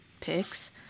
picks